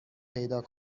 پیدا